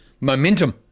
momentum